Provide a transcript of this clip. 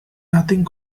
nothing